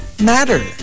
matter